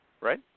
right